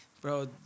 bro